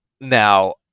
Now